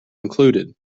included